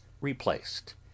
replaced